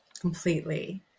Completely